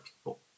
people